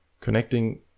connecting